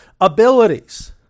abilities